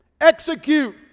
Execute